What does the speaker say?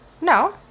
No